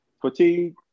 fatigue